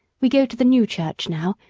we go to the new church now,